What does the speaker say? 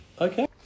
okay